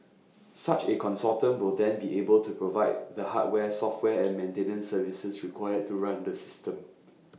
such A consortium will then be able to provide the hardware software and maintenance services required to run this system